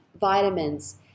vitamins